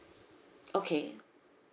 okay